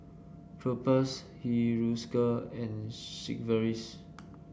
Propass Hiruscar and Sigvaris